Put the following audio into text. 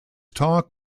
talk